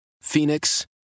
Phoenix